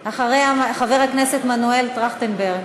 אחריה, חבר הכנסת מנואל טרכטנברג.